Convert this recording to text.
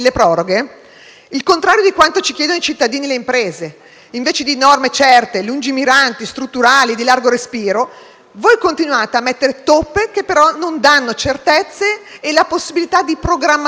Il contrario di quanto ci chiedono i cittadini e le imprese: invece di norme certe, lungimiranti, strutturali, di largo respiro, voi continuate a mettere toppe che però non danno certezze e possibilità di programmazione.